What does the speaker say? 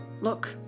Look